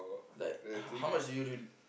like h~ how much do you